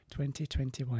2021